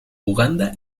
uganda